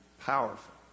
Powerful